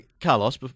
Carlos